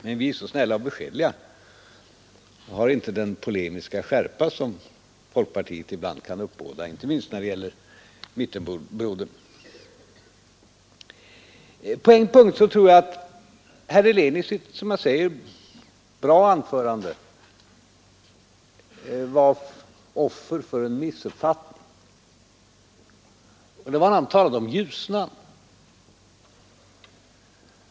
Men vi är så snälla och beskedliga och har inte den polemiska skärpa som folkpartiet ibland kan uppbåda, inte minst mot mittenbrodern. På en punkt tror jag att herr Helén i sitt, som jag säger, utmärkta anförande var offer för en missuppfattning. Det var när han talade om Ljusnan.